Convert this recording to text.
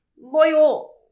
loyal